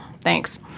Thanks